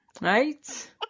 Right